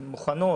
האם הן מוכנות?